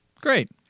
Great